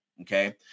Okay